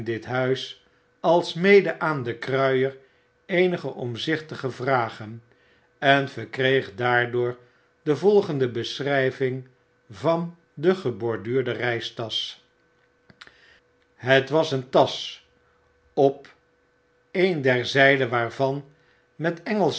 huis alsmede aan den kruier eenige omzichtige vragen en verkreeg daardoor de volgende bescnryving van de geborduurde reistasch het was een tasch op een der zydenwaarvan met